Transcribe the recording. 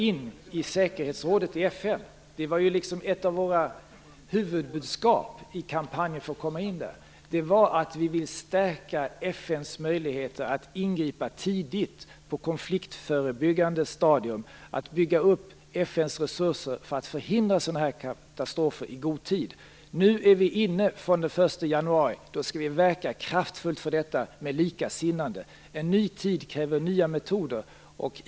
Ett av våra huvudbudskap i kampanjen för att komma in i FN:s säkerhetsråd var att vi ville stärka FN:s möjligheter att ingripa tidigt på ett konfliktförebyggande stadium, att bygga upp FN:s resurser för att förhindra sådana här katastrofer i god tid. Nu är vi inne från den 1 januari, och då skall vi verka kraftfullt för detta tillsammans med likasinnade. En ny tid kräver nya metoder.